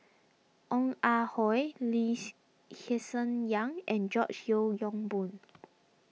Ong Ah Hoi Lee she Hsien Yang and George Yeo Yong Boon